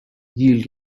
yield